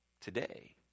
today